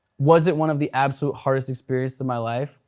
was it one of the absolutely hardest experiences of my life,